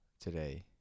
today